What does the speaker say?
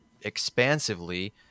expansively